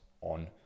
on